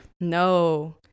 no